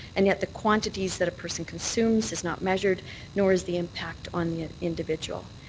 and yet the quantities that are person consumes is not measured nor is the impact on the individual.